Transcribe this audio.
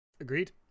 agreed